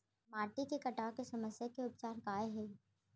माटी के कटाव के समस्या के उपचार काय हे?